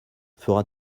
fera